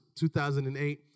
2008